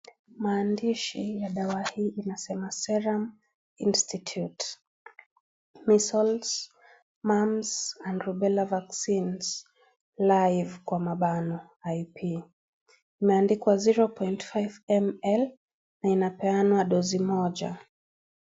Maandishi ya dawa hii inasema Serum institute ; Measles , Mumps and Rubella Vaccine (live) I.P. . Imeandikwa 0.5 ml ,na inapeanwa dozi moja .